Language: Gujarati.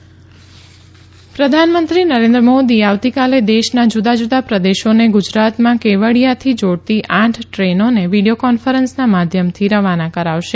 પ્રધાનમંત્રી કેવડીયા પ્રધાનમંત્રી નરેન્દ્ર મોદી આવતીકાલે દેશના જુદા જુદા પ્રદેશોને ગુજરાતમાં કેવડિયાથી જોડતી આઠ ટ્રેનોને વીડિયો કોન્ફરન્સના માધ્યમથી રવાના કરાવશે